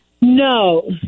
No